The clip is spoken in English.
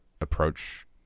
approach